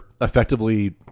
effectively